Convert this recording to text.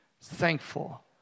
thankful